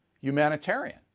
humanitarian